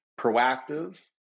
proactive